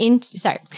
Sorry